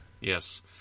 Yes